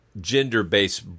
gender-based